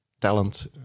talent